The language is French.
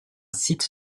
site